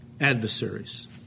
adversaries